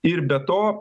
ir be to